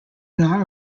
not